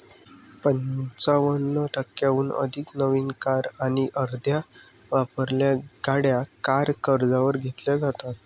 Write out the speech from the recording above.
पंचावन्न टक्क्यांहून अधिक नवीन कार आणि अर्ध्या वापरलेल्या गाड्या कार कर्जावर घेतल्या जातात